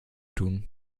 tun